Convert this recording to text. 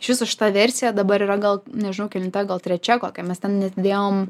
iš viso šita versija dabar yra gal nežinau kelinta gal trečia kokią mes ten net įdėjom